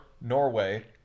Norway